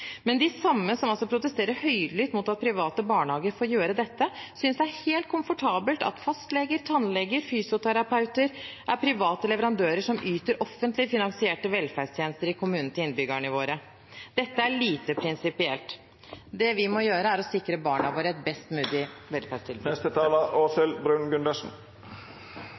Men de samme som altså protesterer høylytt mot at private barnehager får gjøre dette, synes det er helt komfortabelt at fastleger, tannleger og fysioterapeuter er private leverandører som yter offentlig finansierte velferdstjenester i kommunene til innbyggerne våre. Dette er lite prinsipielt. Det vi må gjøre, er å sikre barna våre et best mulig